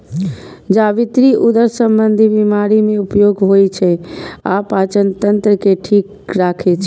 जावित्री उदर संबंधी बीमारी मे उपयोग होइ छै आ पाचन तंत्र के ठीक राखै छै